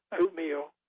oatmeal